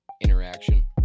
interaction